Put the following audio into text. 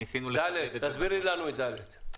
תסבירי לנו את (ד).